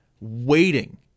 waiting